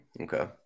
Okay